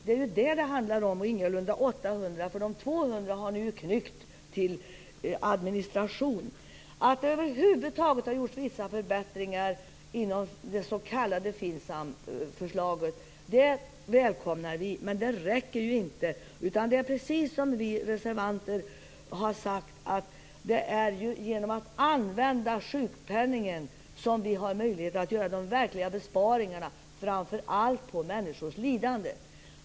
Det är ju vad det handlar om, och ingalunda 800 miljoner - 200 miljoner har ni ju knyckt till administration. Att det över huvud taget har gjorts vissa förbättringar inom det s.k. FINSAM-förslaget välkomnar vi, men det räcker inte. Det är precis som vi reservanter har sagt, nämligen att det är genom att använda sjukpenningen som vi har möjlighet att göra de verkliga besparingarna, framför allt på människors lidande.